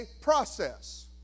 process